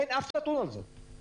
אין אף נתון על זה.